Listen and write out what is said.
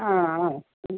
ആ ആ